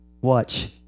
Watch